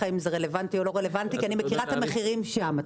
אם זה רלוונטי או לא כי אני מכירה את המחירים שם.